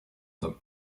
them